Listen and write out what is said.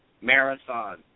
Marathon